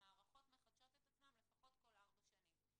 המערכות מחדשות את עצמן לפחות כל ארבע שנים.